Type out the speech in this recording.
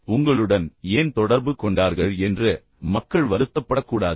உங்களுடன் ஏன் தொடர்பு கொண்டார்கள் என்று மக்கள் வருத்தப்படக்கூடாது